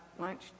lunch